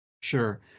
Sure